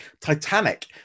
Titanic